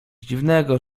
dziwnego